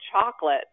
chocolate